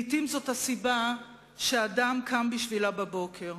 לעתים זאת הסיבה שאדם קם בשבילה בבוקר.